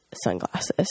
sunglasses